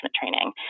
training